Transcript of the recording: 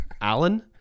Alan